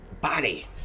body